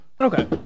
Okay